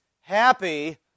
happy